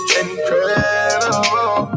incredible